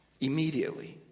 immediately